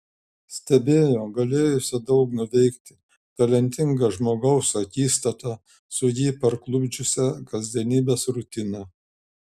stebėjo galėjusio daug nuveikti talentingo žmogaus akistatą su jį parklupdžiusia kasdienybės rutina